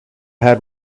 had